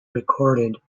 recorded